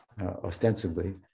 ostensibly